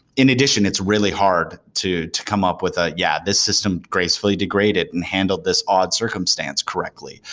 in addition, it's really hard to to come up with a, yeah. this system gracefully degrade it and handled this odd circumstance correctly,